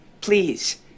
please